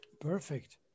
Perfect